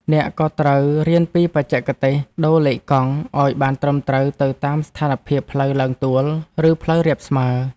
អ្នកក៏ត្រូវរៀនពីបច្ចេកទេសដូរលេខកង់ ឱ្យបានត្រឹមត្រូវទៅតាមស្ថានភាពផ្លូវទ្បើងទួល ឬផ្លូវរាបស្មើ។